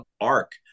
arc